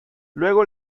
luego